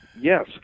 Yes